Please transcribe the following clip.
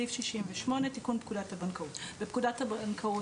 68.תיקון פקודת הבנקאות בפקודת הבנקאות,